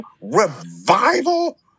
Revival